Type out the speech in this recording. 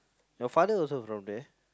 your father also from there